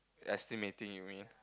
estimating you mean